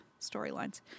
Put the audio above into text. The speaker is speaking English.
storylines